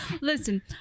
listen